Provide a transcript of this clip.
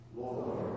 Lord